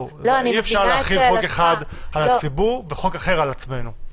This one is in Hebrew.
אי-אפשר להחיל חוק אחד על הציבור וחוק אחר על עצמנו.